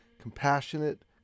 compassionate